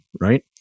Right